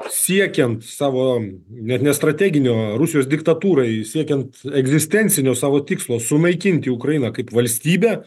siekiant savo net ne strateginio rusijos diktatūrai siekiant egzistencinio savo tikslo sunaikinti ukrainą kaip valstybę